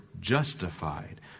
justified